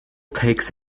takes